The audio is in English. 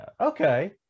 okay